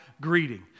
greeting